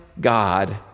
God